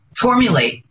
formulate